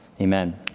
Amen